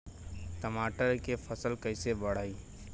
टमाटर के फ़सल कैसे बढ़ाई?